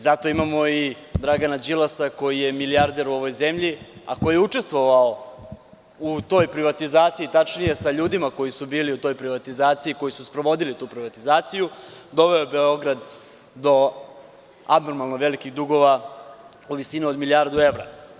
Zato imamo i Dragana Đilasa koji je milijarder u ovoj zemlji, a koji je učestvovao u toj privatizaciji, tačnije, sa ljudima koji su bili u toj privatizaciji, koji su sprovodili tu privatizaciju, doveo Beograd do abnormalno velikih dugova u visini od milijardu evra.